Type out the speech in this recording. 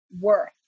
worth